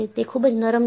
તે ખૂબ જ નરમ છે